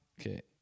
Okay